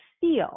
feel